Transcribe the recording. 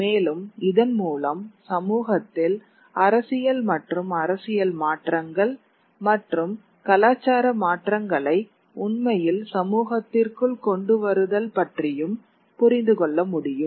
மேலும் இதன் மூலம் சமூகத்தில் அரசியல் மற்றும் அரசியல் மாற்றங்கள் மற்றும் கலாச்சார மாற்றங்களை உண்மையில் சமூகத்திற்குள் கொண்டு வருதல் பற்றியும் புரிந்து கொள்ள முடியும்